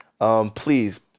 Please